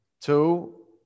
Two